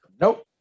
nope